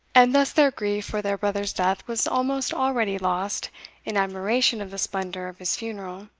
and thus their grief for their brother's death was almost already lost in admiration of the splendour of his funeral.